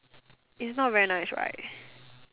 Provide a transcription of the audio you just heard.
it's not very nice right